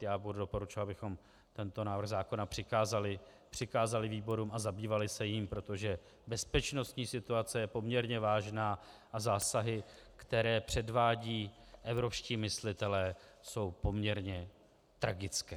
Já bych doporučoval, abychom tento návrh zákona přikázali výborům a zabývali se jím, protože bezpečnostní situace je poměrně vážná a zásahy, které předvádějí evropští myslitelé, jsou poměrně tragické.